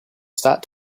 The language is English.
start